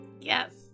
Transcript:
Yes